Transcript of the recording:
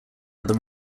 other